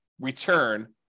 return